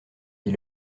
dit